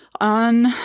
On